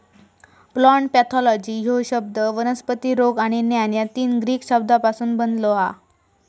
plant pathology ह्यो शब्द वनस्पती रोग आणि ज्ञान या तीन ग्रीक शब्दांपासून बनलो हा